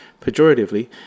Pejoratively